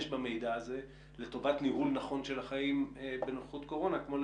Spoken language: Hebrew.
במידע הזה לטובת ניהול נכון של החיים בנוכחות קורונה כמו,